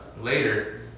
later